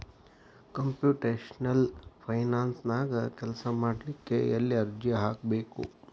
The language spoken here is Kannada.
ಕಂಪ್ಯುಟೆಷ್ನಲ್ ಫೈನಾನ್ಸನ್ಯಾಗ ಕೆಲ್ಸಾಮಾಡ್ಲಿಕ್ಕೆ ಎಲ್ಲೆ ಅರ್ಜಿ ಹಾಕ್ಬೇಕು?